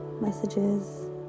messages